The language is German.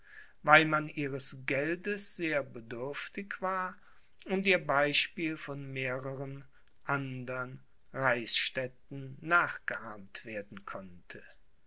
weil man ihres geldes sehr bedürftig war und ihr beispiel von mehrern andern reichsstädten nachgeahmt werden konnte